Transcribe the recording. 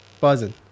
Buzzing